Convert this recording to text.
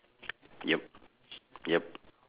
yup yup